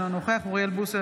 אינו נוכח אוריאל בוסו,